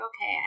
okay